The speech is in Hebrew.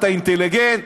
אתה אינטליגנט,